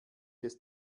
des